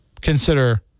consider